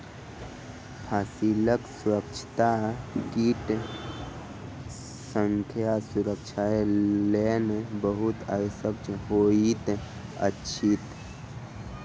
फसीलक स्वच्छता कीट सॅ सुरक्षाक लेल बहुत आवश्यक होइत अछि